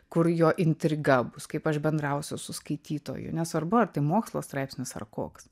kur jo intriga bus kaip aš bendrausiu su skaitytoju nesvarbu ar tai mokslo straipsnis ar koks